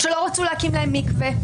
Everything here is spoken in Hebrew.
שלא רצו להקים להם מקווה,